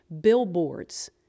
billboards